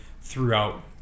throughout